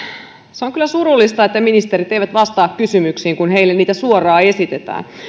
se on kyllä surullista että ministerit eivät vastaa kysymyksiin kun heille niitä suoraan esitetään